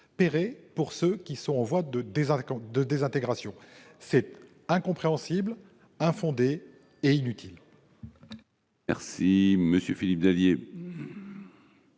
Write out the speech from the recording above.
pour ceux qui sont en voie de désintégration. C'est incompréhensible, infondé et inutile.